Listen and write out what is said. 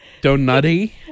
Donutty